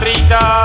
Rita